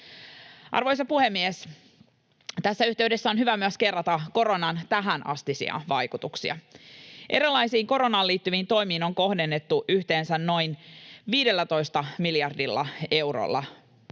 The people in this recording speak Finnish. Arvoisa puhemies! Tässä yhteydessä on hyvä myös kerrata koronan tähänastisia vaikutuksia. Erilaisiin koronaan liittyviin toimiin on kohdennettu yhteensä noin 15 miljardilla eurolla